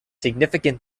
significant